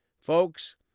Folks